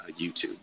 YouTube